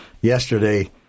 yesterday